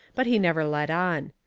but he never let on.